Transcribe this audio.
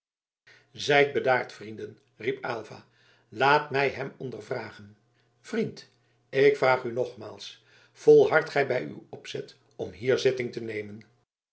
zijt bedaard vrienden riep aylva laat mij hem ondervragen vriend ik vraag u nogmaals volhardt gij bij uw opzet om hier zitting te nemen